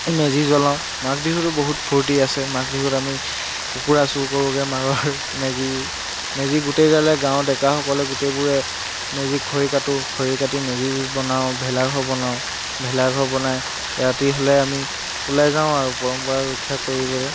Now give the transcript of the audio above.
মেজি জ্বলাওঁ মাঘ বিহুতো বহুত ফূৰ্ত্তি আছে মাঘ বিহুত আমি কুকুৰা চুৰ কৰোঁগৈ মাঘৰ মেজি মেজি গোটেইগালে গাঁৱৰ ডেকাসকলে গোটেইবোৰে মেজি খৰি কাটোঁ খৰি কাটি মেজি বনাওঁ ভেলাঘৰ বনাওঁ ভেলাঘৰ বনাই ৰাতি হ'লে আমি ওলাই যাওঁ আৰু পৰম্পৰা ৰক্ষা কৰিবলৈ